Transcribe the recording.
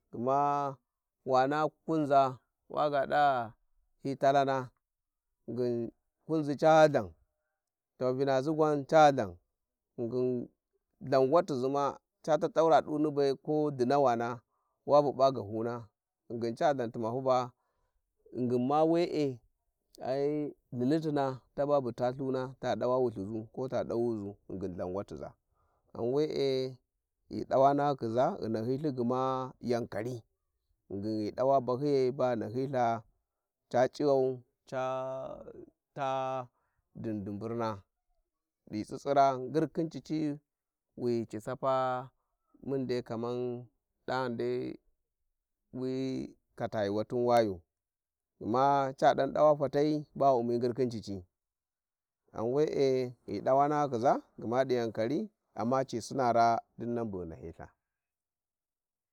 ﻿Gma wa na kunga waga da hi talana gningin kuzizi ca thain tarinazi gwan ca Chan ghingin lhanwakizi ma a tattaura duuni be ko dinawana wabu p'a gahuna ghingin Ca than tuma puba, ghingin ma we`e ai Chilitina taba bu ta thuna ta dawa wulthuzu kota dawuzu ghingin than watuza ghan we`e ghi dawa na hyikniza ghi nahyı thi gma yankari ghingin ghi dawa bahjiyai ba ghi nahyiltha ca c`ighau ca ta din dimbuma ghi tsitsira ngir khin cici wi ci sapa muh dai kaman dani dai wi kalayı watin Wayu gma ca dan dawa fatai ba wu u`mi ngir khin cici ghan we`e ghi dawa nahakhiza gma di Yankari amma ci sina raa dinnan bu ghi nahyi tha.